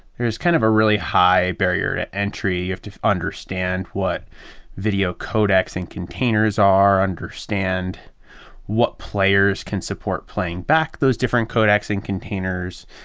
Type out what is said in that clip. there's kind of a really high barrier to entry. you have to understand what video codex and containers are. understand what players can support playing back those different codex and containers,